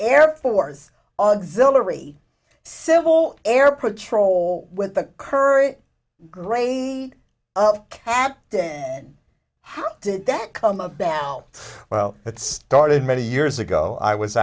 air force auxilary civil air patrol with the current grade and then how did that come about well it started many years ago i was